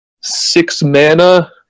six-mana